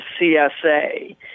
CSA